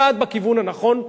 צעד בכיוון הנכון,